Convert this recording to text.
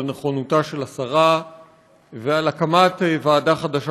על נכונותה של השרה ועל הקמת ועדה חדשה